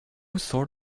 sort